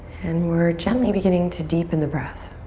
and we're gently beginning to deepen the breath.